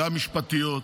גם משפטיות,